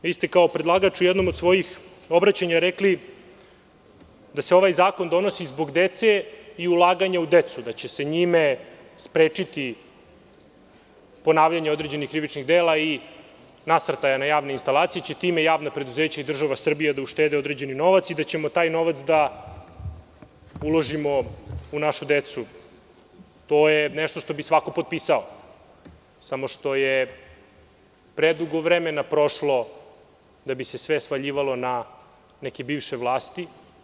Vi ste kao predlagača u jednom od svojih obraćanja rekli da se ovaj zakon donosi zbog dece i ulaganja u decu, da će se njime sprečiti ponavljanje određenih krivičnih dela i nasrtaja na javne instalacije, time će javna preduzeća i država Srbija uštedeti određeni novac i da ćemo taj novac da uložimo u našu decu, to je nešto što bi svako potpisao, samo što je predugo vremena prošlo da bi se sve svaljivalo na neke bivše vlasti.